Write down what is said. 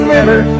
River